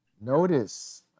Notice